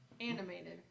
Animated